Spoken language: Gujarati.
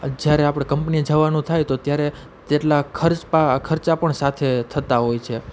જ્યારે આપણે કંપનીએ જવાનું થાય તો ત્યારે તેટલા ખર્ચા પણ સાથે થતાં હોય છે